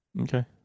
Okay